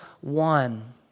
one